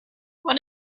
what